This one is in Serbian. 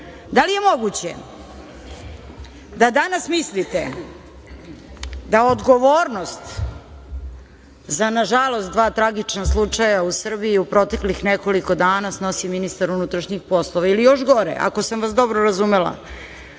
Da li je moguće da danas mislite da odgovornost za nažalost dva tragična slučaja u Srbiji u proteklih nekoliko dana snosi ministar MUP ili još gore ako sam vas dobro razumela,